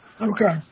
Okay